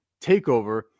TAKEOVER